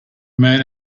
man